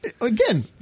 again